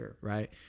right